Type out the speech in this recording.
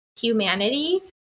humanity